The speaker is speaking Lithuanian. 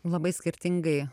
labai skirtingai